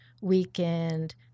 weekend